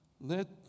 Let